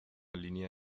línea